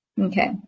Okay